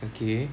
okay